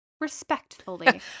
respectfully